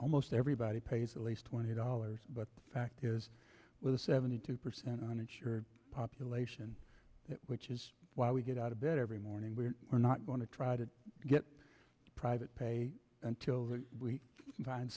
almost everybody pays at least twenty dollars but the fact is with a seventy two percent uninsured population which is why we get out of bed every morning we're we're not going to try to get private pay until